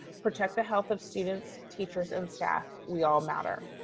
protect the health of students, teachers, and staff. we all matter.